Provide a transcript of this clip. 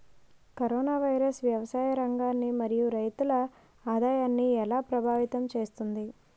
Corona virus వ్యవసాయ రంగాన్ని మరియు రైతుల ఆదాయాన్ని ఎలా ప్రభావితం చేస్తుంది?